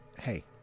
hey